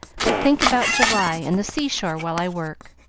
but think about july and the seashore while i work.